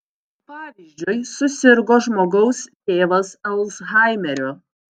pavyzdžiui susirgo žmogaus tėvas alzhaimeriu